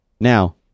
Now